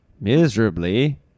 miserably